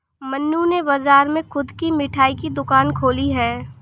मन्नू ने बाजार में खुद की मिठाई की दुकान खोली है